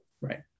Right